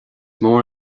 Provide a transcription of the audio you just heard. mór